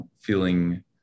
feeling